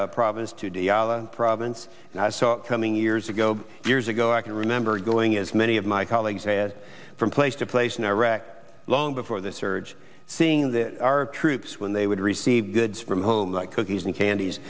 ambar province to diyala province and i saw it coming years ago years ago i can remember going as many of my colleagues had from place to place in iraq long before the surge seeing that our troops when they would receive goods from home like cookies and candies